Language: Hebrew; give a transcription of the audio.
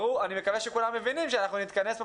אני מקווה שכולם מבינים שנתכנס פה